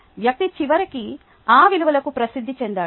వ్యక్తి చివరికి ఆ విలువలకు ప్రసిద్ది చెందాడు